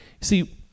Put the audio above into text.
See